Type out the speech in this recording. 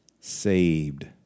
Saved